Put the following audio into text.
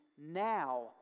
Now